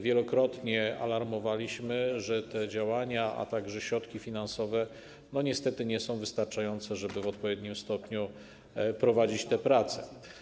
Wielokrotnie alarmowaliśmy, że te działania, a także środki finansowe niestety nie są wystarczające, żeby w odpowiednim stopniu prowadzić te prace.